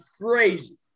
crazy